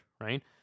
right